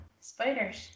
spiders